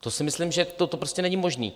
To si myslím, že to prostě není možné.